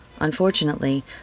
Unfortunately